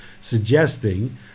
suggesting